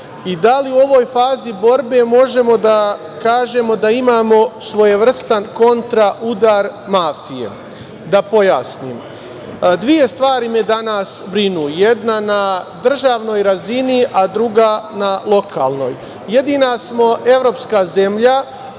i da li u ovoj fazi borbe možemo da kažemo da imamo svojevrstan kontra udar mafije? Da pojasnim. Dve stvari me danas brinu. Jedna na državnoj razini, a druga na lokalnoj. Jedina smo evropska zemlja